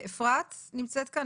אפרת נמצאת כאן?